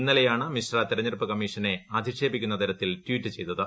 ഇന്നലെയാണ് മിശ്ര തെരഞ്ഞെടുപ്പ് കമ്മീഷനെ അധിക്ഷേപിക്കുന്ന തരത്തിൽ ട്വീറ്റ് ചെയ്തത്